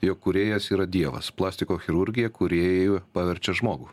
jog kūrėjas yra dievas plastikos chirurgija kūrėju paverčia žmogų